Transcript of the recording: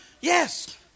Yes